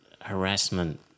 harassment